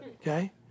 Okay